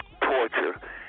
torture